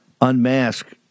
unmask